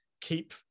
keep